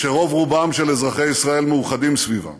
שרוב רובם של אזרחי ישראל מאוחדים סביבם.